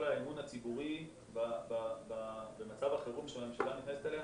האמון הציבורי במצב החירום שהממשלה נכנסת אליו.